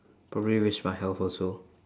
probably risk my health also